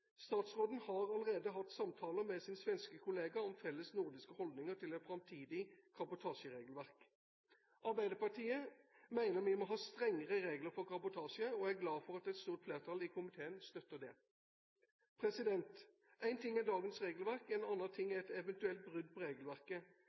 Statsråden har allerede hatt samtaler med sin svenske kollega om felles nordiske holdninger til et framtidig kabotasjeregelverk. Arbeiderpartiet mener vi må ha strengere regler for kabotasje, og jeg er glad for at et stort flertall i komiteen støtter det. En ting er dagens regelverk. En annen ting